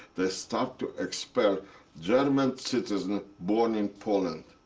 they start to expel german citizens born in poland.